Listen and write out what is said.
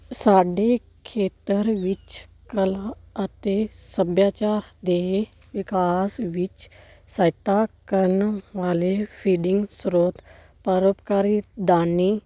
ਸਾਡੇ ਖੇਤਰ ਵਿੱਚ ਕਲਾ ਅਤੇ ਸੱਭਿਆਚਾਰ ਦੇ ਵਿਕਾਸ ਵਿੱਚ ਸਹਾਇਤਾ ਕਰਨ ਵਾਲੇ ਫੀਡਿੰਗ ਸਰੋਤ ਪਰਉਪਕਾਰੀ ਦਾਨੀ